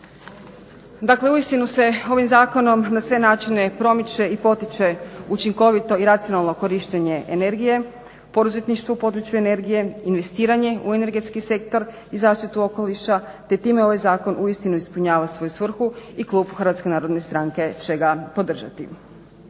Dakle, uistinu se ovim zakonom na sve način promiče i potiče učinkovito i racionalno korištenje energije. Poduzetništvo u području energije, investiranje u energetski sektor i zaštitu okoliša, te time ovaj zakon uistinu ispunjava svoju svrhu i klub HNS-a će ga podržati.